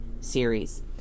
series